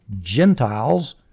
Gentiles